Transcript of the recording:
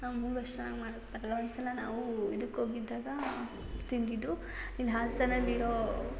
ಅಮ್ಮಂಗೂ ಅಷ್ಟು ಚೆನ್ನಾಗಿ ಮಾಡಕ್ಕೆ ಬರಲ್ಲ ಒಂದ್ಸಲ ನಾವು ಇದಕ್ಕೆ ಹೋಗಿದ್ದಾಗ ತಿಂದಿದ್ದು ಇಲ್ಲಿ ಹಾಸನಲ್ಲಿರೋ